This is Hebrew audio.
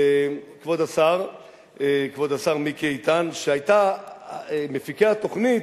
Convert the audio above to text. כבוד השר מיקי איתן, שמפיקי התוכנית,